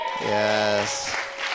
Yes